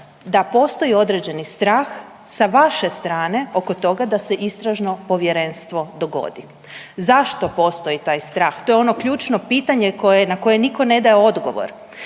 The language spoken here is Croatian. da postoji određeni strah sa vaše strane oko toga da se istražno povjerenstvo dogodi. Zašto postoji taj strah? To je ono ključno pitanje na koje nitko ne daje odgovor.